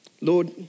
Lord